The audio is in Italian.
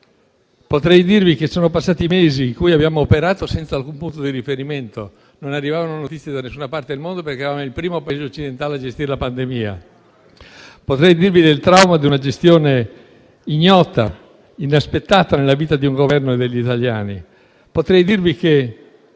Potrei dirvi che sono passati mesi in cui abbiamo operato senza alcun punto di riferimento: non arrivavano notizie da nessuna parte del mondo perché eravamo il primo Paese occidentale a gestire la pandemia. Potrei dirvi del trauma di una gestione ignota, inaspettata nella vita di un Governo e degli italiani. Potrei dirvi che